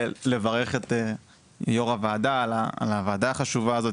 אני רוצה לברך את יושבת ראש הוועדה על הוועדה החשובה הזו,